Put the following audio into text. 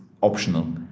optional